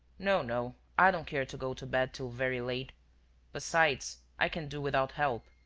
no, no, i don't care to go to bed till very late besides, i can do without help.